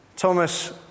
Thomas